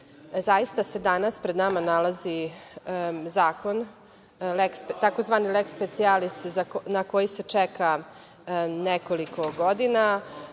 zaista se danas pred nama nalazi zakon, tzv. „lek specijalis“ na koji se čeka nekoliko godina.